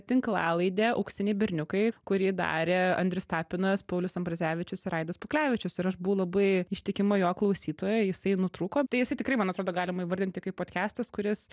tinklalaidė auksiniai berniukai kurį darė andrius tapinas paulius ambrazevičius ir aidas puklevičius ir aš buvau labai ištikima jo klausytoja jisai nutrūko tai jisai tikrai man atrodo galima įvardinti kaip podkestas kuris